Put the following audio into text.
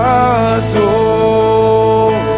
adore